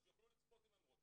אז שיוכלו לצפות אם הם רוצים.